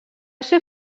ser